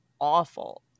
awful